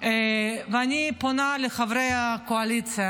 אני פונה לחברי הקואליציה.